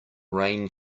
rain